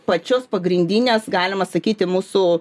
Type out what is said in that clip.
pačios pagrindinės galima sakyti mūsų